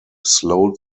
slowed